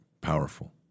powerful